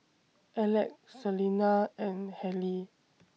Alec Selina and Hallie